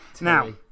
Now